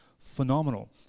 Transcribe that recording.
phenomenal